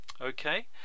Okay